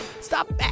Stop